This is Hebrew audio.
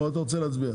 או שאתה רוצה להצביע?